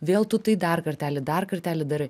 vėl tu tai dar kartelį dar kartelį darai